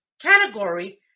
category